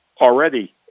already